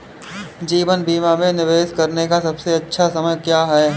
जीवन बीमा में निवेश करने का सबसे अच्छा समय क्या है?